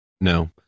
No